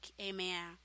Amen